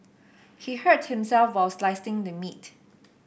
he hurt himself while slicing the meat